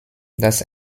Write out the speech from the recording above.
das